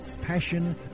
passion